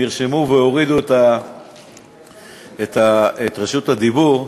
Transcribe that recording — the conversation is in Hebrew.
נרשמו והורידו את רשות הדיבור,